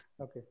Okay